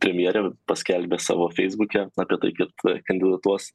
premjerė paskelbė savo feisbuke apie tai kad kandidatuos